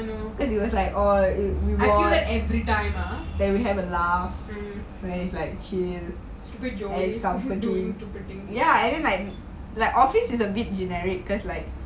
I feel it every time ah mm stupid joey doing stupid things